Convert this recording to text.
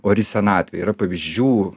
ori senatvė yra pavyzdžių